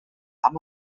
amb